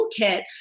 toolkit